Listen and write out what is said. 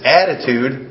attitude